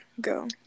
go